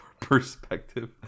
perspective